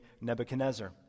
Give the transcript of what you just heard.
Nebuchadnezzar